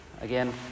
Again